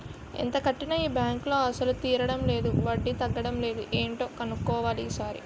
ఎంత కట్టినా ఈ బాంకులో అసలు తీరడం లేదు వడ్డీ తగ్గడం లేదు ఏటో కన్నుక్కోవాలి ఈ సారి